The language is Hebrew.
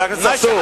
חבר הכנסת צרצור,